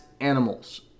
Animals